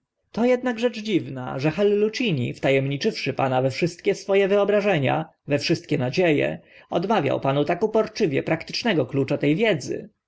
to ednak rzecz dziwna że hallucini wta emniczywszy pana we wszystkie swo e wyobrażenia we wszystkie nadzie e odmawiał panu tak uporczywie praktycznego klucza te wiedzy